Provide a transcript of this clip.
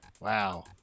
Wow